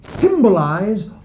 symbolize